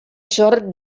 sort